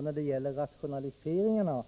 När det gäller rationaliseringarna